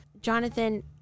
Jonathan